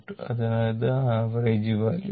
അതിനാൽ ഇത് average value ആണ്